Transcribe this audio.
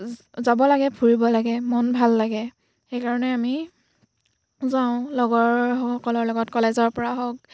যাব লাগে ফুৰিব লাগে মন ভাল লাগে সেইকাৰণে আমি যাওঁ লগৰসকলৰ লগত কলেজৰ পৰা হওক